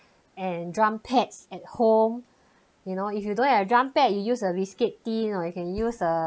and drum pads at home you know if you don't have a drum pad you use a reskety you know you can use uh